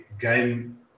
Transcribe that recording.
game